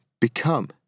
become